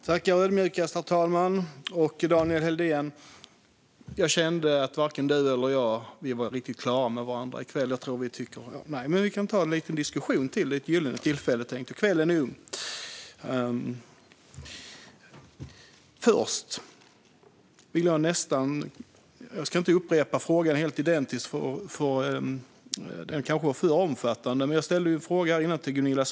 Herr talman! Jag kände att Daniel Helldén och jag inte var riktigt klara med varandra i kväll, så jag begärde replik för att ta en liten diskussion till. Det är ett gyllene tillfälle, och kvällen är ung. Jag ställde tidigare en fråga till Gunilla Svantorp från Socialdemokraterna om hon var nöjd med hur det hade funkat.